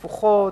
העיניים נפוחות,